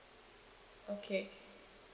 okay